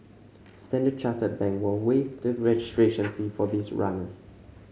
Standard Chartered Bank will waive the registration fee for these runners